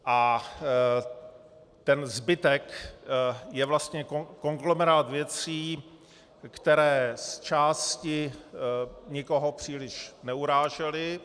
A ten zbytek je vlastně konglomerát věcí, které zčásti nikoho příliš neurážely...